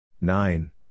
Nine